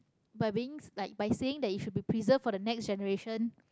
but being like by saying that it should be preserved for the next generation